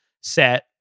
set